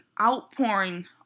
outpouring